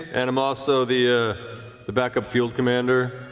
and i'm also the ah the backup field commander.